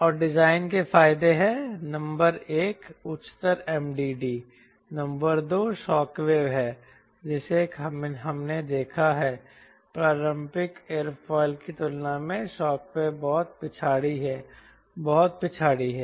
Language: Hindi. और डिजाइन के फायदे हैं नंबर एक उच्चतर MDD नंबर 2 शॉकवेव है जिसे हमने देखा है पारंपरिक एयरोफिल की तुलना में शॉकवेव बहुत पिछाड़ी है बहुत पिछाड़ी है